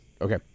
Okay